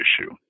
issue